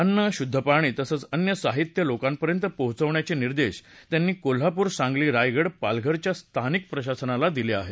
अन्न शुद्ध पाणी तसंच अन्य साहित्य लोकांपर्यंत पोचवण्याचे निर्देश त्यांनी कोल्हापूर सांगली रायगड पालधरच्या स्थानिक प्रशासनाला दिले आहेत